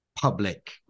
public